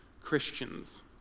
Christians